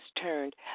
turned